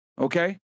Okay